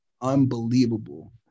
unbelievable